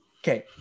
okay